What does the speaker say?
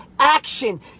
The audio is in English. action